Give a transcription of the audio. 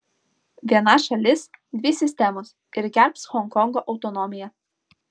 viena šalis dvi sistemos ir gerbs honkongo autonomiją